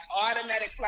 automatic